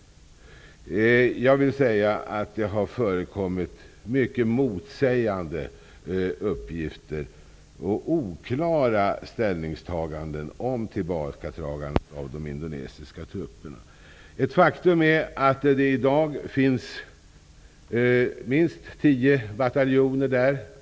Det har förekommit mycket motsägande och oklara uppgifter om tillbakadragande av de indonesiska trupperna. Ett faktum är att det i dag finns minst tio bataljoner där.